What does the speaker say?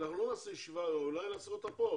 אולי נעשה אותה פה,